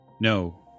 no